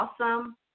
Awesome